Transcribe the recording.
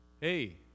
hey